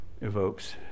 evokes